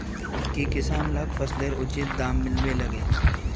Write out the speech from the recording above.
की किसान लाक फसलेर उचित दाम मिलबे लगे?